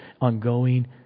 ongoing